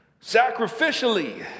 sacrificially